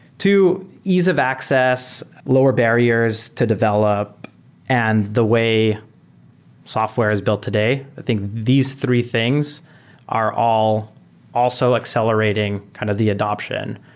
two, of access, lower barriers to develop and the way software is built today. i think these three things are all also accelerating kind of the adaption.